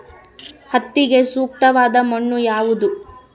ಹತ್ತಿಗೆ ಸೂಕ್ತವಾದ ಮಣ್ಣು ಯಾವುದು?